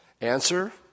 Answer